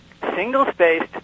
single-spaced